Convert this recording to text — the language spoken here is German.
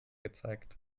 gezeigt